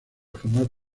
formar